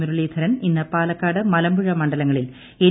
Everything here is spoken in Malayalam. മുരളീധരൻ ഇന്ന് പാലക്കാട് മലമ്പുഴ മണ്ഡലങ്ങളിൽ എൻ